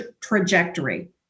trajectory